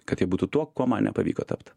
kad jie būtų tuo kuo man nepavyko tapt